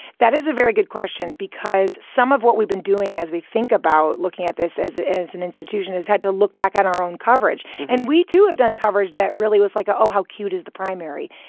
that is a very good question, because some of what we've been doing as we think about looking at this as as an institution has had to look back at our own coverage and we to have done coverage that really was like, ah oh, how cute is the primary?